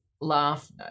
laugh